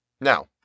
Now